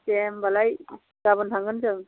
दे होनबालाय गाबोन थांगोन जों